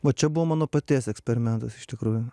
va čia buvo mano paties eksperimentas iš tikrųjų